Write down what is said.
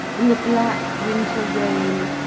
in the black winter rain,